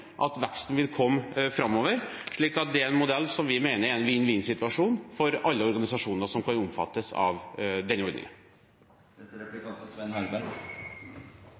at veksten vil komme framover, slik at det er en modell som vi mener er en vinn-vinn-situasjon for alle organisasjoner som skal omfattes av denne ordningen. Det er